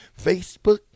Facebook